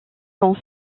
sont